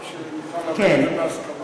כך שנוכל לתת את ההסכמה.